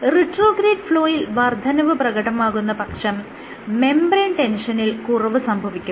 retrograde ഫ്ലോയിൽ വർദ്ധനവ് പ്രകടമാകുന്ന പക്ഷം മെംബ്രേയ്ൻ ടെൻഷനിൽ കുറവ് സംഭവിക്കുന്നു